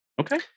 Okay